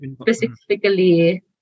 specifically